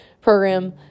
program